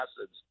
acids